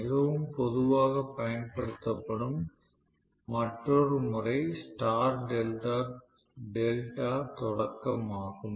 மிகவும் பொதுவாகப் பயன்படுத்தப்படும் மற்றொரு முறை ஸ்டார் டெல்டா தொடக்கம் ஆகும்